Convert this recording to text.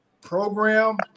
program